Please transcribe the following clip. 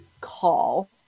call